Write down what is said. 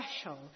special